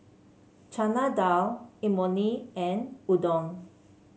Chana Dal Imoni and Udon